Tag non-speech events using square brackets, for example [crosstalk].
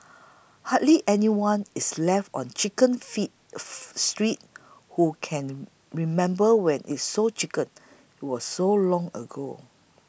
hardly anyone is left on Chicken feet [unintelligible] Street who can remember when it sold chickens it was so long ago